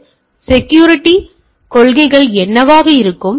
வேறுபட்ட செக்யூரிட்டி கொள்கைகள் என்னவாக இருக்கும்